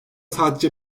sadece